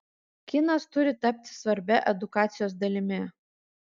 kinas turi tapti svarbia edukacijos dalimi